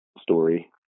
story